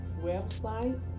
website